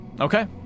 Okay